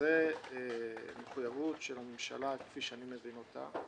זו מחויבות של הממשלה כפי שאני מבין אותה,